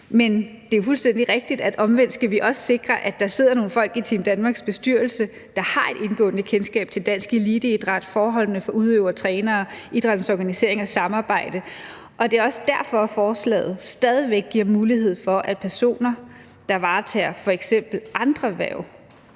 men det er fuldstændig rigtigt, at vi omvendt også skal sikre, at der sidder nogle folk i Team Danmarks bestyrelse, der har indgående kendskab til dansk eliteidræt – forholdene for udøvere og trænere, idrættens organisering og samarbejde – og det er også derfor, forslaget stadig væk giver mulighed for, at personer, der varetager f.eks. andre hverv